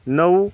नऊ